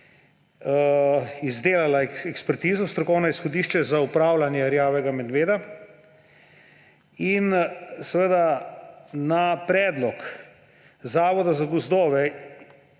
izdelala ekspertizo, strokovno izhodišče za upravljanje rjavega medveda in seveda na predlog Zavoda za gozdove